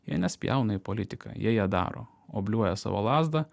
jie nespjauna į politiką jie ją daro obliuoja savo lazdą